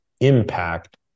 impact